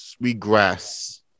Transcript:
regress